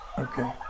Okay